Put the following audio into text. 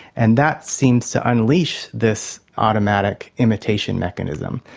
and that seems to unleash this automatic imitation mechanism.